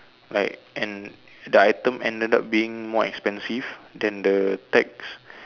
like and the item ended up being more expensive than the tags